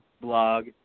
blog